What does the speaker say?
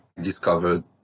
discovered